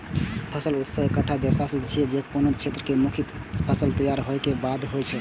फसल उत्सव एकटा जलसा छियै, जे कोनो क्षेत्रक मुख्य फसल तैयार होय के बाद होइ छै